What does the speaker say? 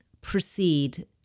proceed